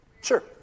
sure